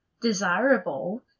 desirable